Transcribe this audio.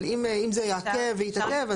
אבל אם זה יעכב ויתעכב.